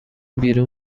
بیرون